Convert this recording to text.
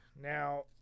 Now